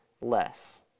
less